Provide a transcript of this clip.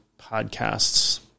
podcasts